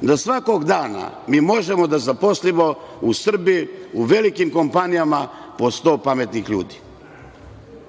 da svakog dana mi možemo da zaposlimo u Srbiji u velikim kompanijama po sto pametnih ljudi. To